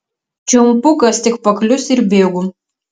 čiumpu kas tik paklius ir bėgu